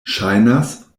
ŝajnas